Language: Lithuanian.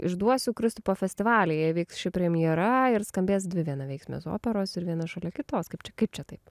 išduosiu kristupo festivalyje įvyks ši premjera ir skambės dvi vienaveiksmės operos ir vienas šalia kitos kaip čia kaip čia taip